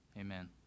Amen